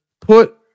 put